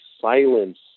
silence